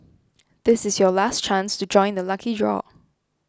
this is your last chance to join the lucky draw